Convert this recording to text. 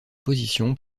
position